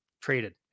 traded